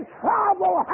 trouble